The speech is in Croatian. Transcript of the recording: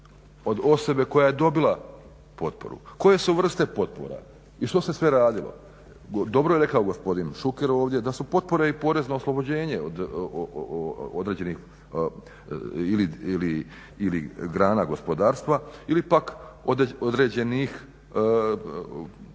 od osobe koja je dobila potporu. Koje su vrste potpora i što se sve radilo? Dobro je rekao gospodin Šuker ovdje da su potpore i porezno oslobođenje od određenih ili grana gospodarstva ili pak određenih poslovnih